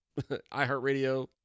iHeartRadio